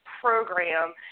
program